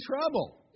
trouble